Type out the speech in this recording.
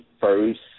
first